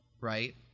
right